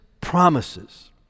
promises